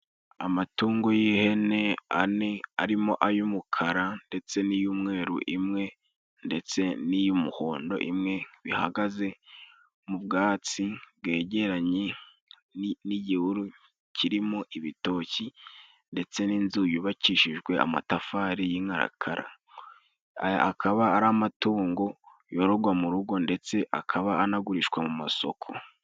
Amatungo y'ihene ane, arimo ay'umukara, ndetse n'iy'umweru imwe , ndetse n'iy'umuhondo imwe, bihagaze mu bwatsi bwegeranye n'igihuru, kirimo ibitoki. Ndetse n'inzu yubakishijwe amatafari y'inkarakara. Akaba ari amatungo yororerwa mu rugo ndetse akaba anagurishwa mu masoko.